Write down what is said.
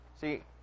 See